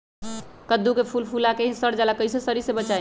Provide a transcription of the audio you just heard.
कददु के फूल फुला के ही सर जाला कइसे सरी से बचाई?